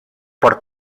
por